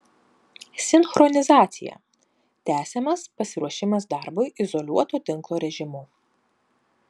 sinchronizacija tęsiamas pasiruošimas darbui izoliuoto tinklo režimu